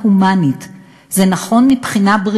זה נכון מבחינה הומנית,